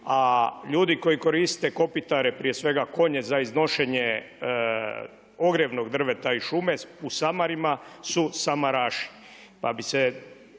a ljudi koji koriste kopitare, prije svega konje za iznošenje ogrjevnog drveta iz šume u samarima su samaraši,